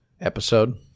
episode